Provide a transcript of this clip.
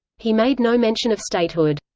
he made no mention of statehood.